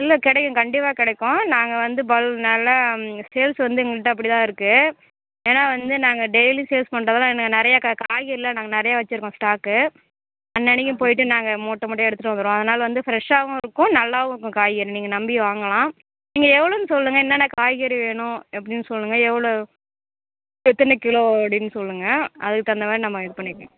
இல்லை கிடைக்கும் கண்டிப்பாக கிடைக்கும் நாங்கள் வந்து நல்லா சேல்ஸ் வந்து எங்கள்ட்ட அப்படிதான் இருக்குது ஏன்னா வந்து நாங்கள் டெய்லி சேல்ஸ் பண்ணுறதுனால நிறையா காய்கறிலாம் நாங்கள் நிறையா வைச்சிருக்கோம் ஸ்டாக்கு அன்னை அன்னைக்கி போய்ட்டு நாங்கள் மூட்டை மூட்டையாக எடுத்துட்டு வந்துடுவோம் அதனால் வந்து ஃபிரெஷ்ஷாகவும் இருக்கும் நல்லாவும் இருக்கும் காய்கறி நீங்கள் நம்பி வாங்கலாம் நீங்கள் எவ்வளோன்னு சொல்லுங்கள் என்னென்ன காய்கறி வேணும் எப்படின்னு சொல்லுங்கள் எவ்வளோ எத்தன கிலோ அப்படின்னு சொல்லுங்கள் அதுக்கு தகுந்த மாதிரி நம்ம இது பண்ணிக்கலாம்